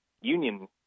union